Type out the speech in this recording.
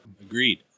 Agreed